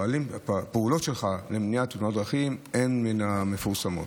הפעולות שלך למניעת תאונות דרכים הן באמת מן מהמפורסמות.